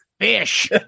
Fish